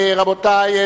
רבותי,